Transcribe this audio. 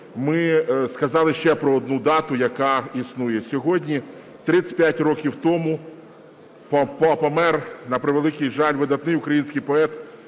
ми сказали ще про одну дату, яка існує. Сьогодні, 35 років тому помер, на превеликий жаль, видатний український поет